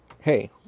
hey